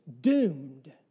Doomed